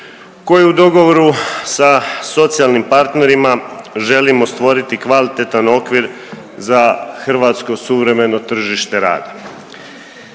koji u dogovoru sa socijalnim partnerima želimo stvoriti kvalitetan okvir za hrvatsko suvremeno tržište rada.